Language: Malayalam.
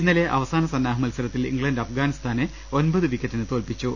ഇന്നലെ അവസാന സന്നാഹ മത്സരത്തിൽ ഇംഗ്ലണ്ട് അഫ്ഗാനി സ്ഥാനെ ഒമ്പത് വിക്കറ്റിന് തോൽപ്പിച്ചു